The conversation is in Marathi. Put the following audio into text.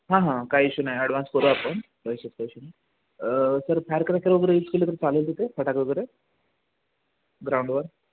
हां हां काही इशू नाही ॲडव्हान्स करू आपण पैशाचं काय इशू नाही सर फायर क्रॅकर वगैरे यूज केलं तर चालेल तिथे फटाके वगैरे ग्राउंडवर